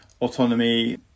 autonomy